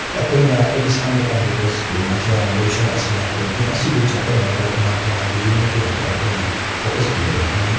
ꯑꯩꯈꯣꯏꯅ ꯑꯩ ꯏꯁꯥꯅ ꯇꯝꯂꯤꯕ ꯁ꯭ꯀꯨꯜ ꯅꯠꯇ꯭ꯔꯒꯅ ꯂꯣꯏꯁꯪ ꯑꯁꯤꯅ ꯄꯦꯟꯇꯤꯡ ꯑꯁꯤꯕꯨ ꯆꯥꯎꯈꯠꯅꯅꯕ ꯇꯣꯉꯥꯟ ꯇꯣꯉꯥꯟꯕ ꯍꯤꯔꯝ ꯀꯌꯥꯗ ꯑꯩꯈꯣꯏꯅ ꯐꯣꯀꯁ ꯄꯤꯔꯒ ꯍꯣꯠꯅꯩ